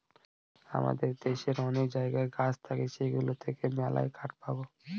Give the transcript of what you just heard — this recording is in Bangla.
আমাদের দেশে অনেক জায়গায় গাছ থাকে সেগুলো থেকে মেললাই কাঠ পাবো